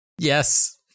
Yes